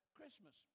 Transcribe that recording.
Christmas